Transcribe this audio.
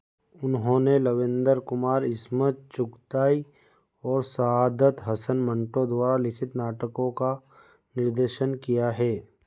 उन्होंने लवेंदर कुमार इस्मत चुगताई और सआदत हसन मंटो द्वारा लिखित नाटकों का निर्देशन किया है